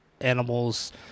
animals